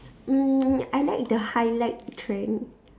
mm I like the highlight trend